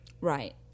Right